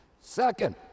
Second